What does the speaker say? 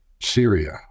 Syria